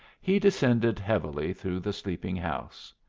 he descended heavily through the sleeping house.